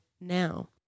now